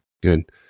Good